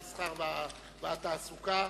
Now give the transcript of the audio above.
תודה רבה לסגנית שר התעשייה, המסחר והתעסוקה.